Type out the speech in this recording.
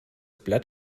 blatt